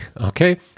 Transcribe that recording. Okay